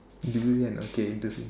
durian okay this is